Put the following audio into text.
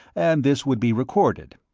and this would be recorded.